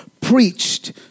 preached